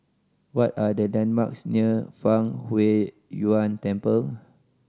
what are the landmarks near Fang Huo Yuan Temple